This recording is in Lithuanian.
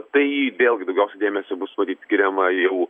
tai vėlgi daugiausiai dėmesio bus skiriama jau